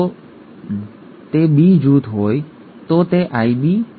એ પ્રકારના પરિણામો જો તે IA IA અથવા IAi હોય તો ઠીક છે